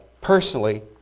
personally